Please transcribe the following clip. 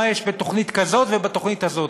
מה יש בתוכנית כזאת ובתוכנית הזאת.